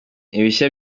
ibishya